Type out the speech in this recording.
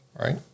right